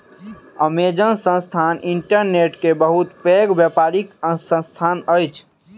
Amazon संस्थान internet के बहुत पैघ व्यापारिक संस्थान अछि